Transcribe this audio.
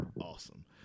awesome